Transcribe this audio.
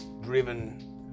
driven